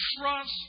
Trust